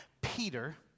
Peter